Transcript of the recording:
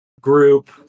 group